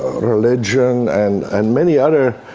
religion and and many other